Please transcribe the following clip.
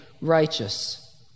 righteous